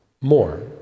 more